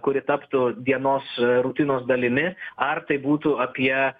kuri taptų dienos rutinos dalimi ar tai būtų apie